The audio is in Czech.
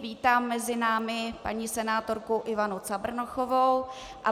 Vítám mezi námi paní senátorku Ivanu Cabrnochovou.